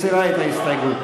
מסירה את ההסתייגות.